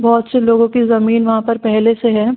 बहुत से लोगों की ज़मीन वहाँ पर पहले से है